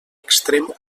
extrem